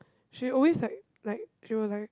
she always like like she will like